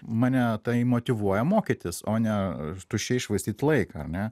mane tai motyvuoja mokytis o ne tuščiai švaistyt laiką ane